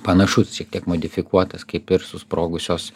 panašus šiek tiek modifikuotas kaip ir susprogusios